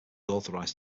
authorized